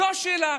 זאת השאלה.